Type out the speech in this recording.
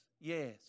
yes